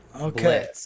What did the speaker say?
okay